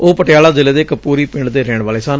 ਉਹ ਪਟਿਆਲਾ ਜ਼ਿਲੇ ਦੇ ਕਪੁਰੀ ਪਿੰਡ ਦੇ ਰਹਿਣ ਵਾਲੇ ਸਨ